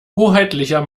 hoheitlicher